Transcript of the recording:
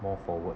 more forward